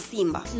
Simba